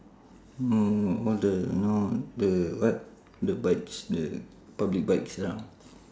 mm all the you know the what the bikes the public bikes around